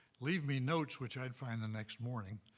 leave me notes which i'd find the next morning,